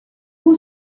who